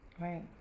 Right